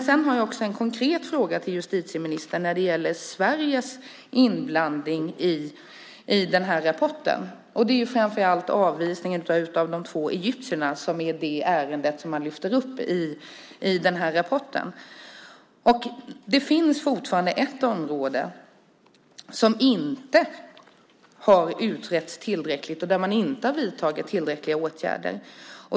Sedan har jag också en konkret fråga till justitieministern när det gäller Sveriges inblandning i rapporten. Det gäller framför allt avvisningen av de två egyptierna, som är det ärende som man lyfter fram i rapporten. Det finns fortfarande ett område som inte har utretts tillräckligt och där man inte har vidtagit tillräckliga åtgärder.